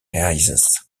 eyes